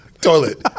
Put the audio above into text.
Toilet